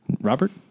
robert